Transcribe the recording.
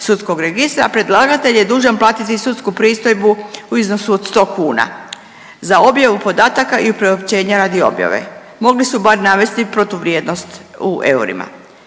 sudskog registra predlagatelj je dužan platiti sudsku pristojbu u iznosu od 100 kuna za objavu podataka i priopćenja radi objave, mogli su bar navesti protuvrijednost u eurima.